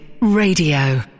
Radio